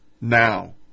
now